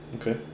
Okay